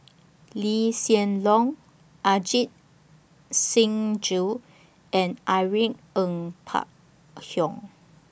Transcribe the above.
Lee Hsien Loong Ajit Singh Gill and Irene Ng Phek Hoong